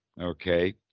Okay